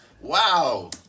Wow